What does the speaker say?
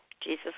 Jesus